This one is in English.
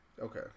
okay